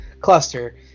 cluster